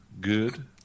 good